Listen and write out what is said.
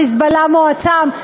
"חיזבאללה" מועצם,